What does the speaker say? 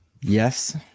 Yes